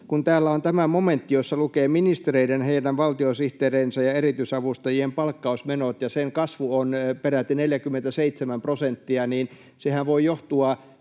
Täällä on tämä momentti, jossa lukee, että ministereiden, heidän valtiosihteeriensä ja erityisavustajien palkkausmenot, ja sen kasvu on peräti 47 prosenttia. Sehän voi johtua